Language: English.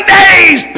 days